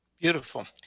Beautiful